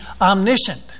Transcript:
omniscient